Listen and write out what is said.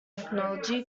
technology